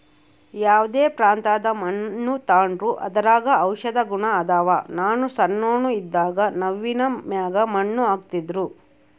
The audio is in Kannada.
ಯಾವ್ದೇ ಪ್ರಾಂತ್ಯದ ಮಣ್ಣು ತಾಂಡ್ರೂ ಅದರಾಗ ಔಷದ ಗುಣ ಅದಾವ, ನಾನು ಸಣ್ಣೋನ್ ಇದ್ದಾಗ ನವ್ವಿನ ಮ್ಯಾಗ ಮಣ್ಣು ಹಾಕ್ತಿದ್ರು